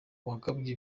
wagabye